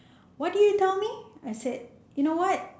what did you tell me I said you know what